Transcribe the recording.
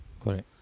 Correct